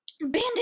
Bandit